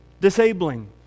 disabling